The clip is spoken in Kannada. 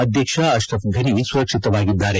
ಅಧ್ಯಕ್ಷ ಅಶ್ರಪ್ ಘನಿ ಸುರಕ್ಷಿತವಾಗಿದ್ದಾರೆ